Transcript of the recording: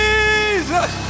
Jesus